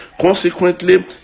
Consequently